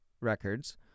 records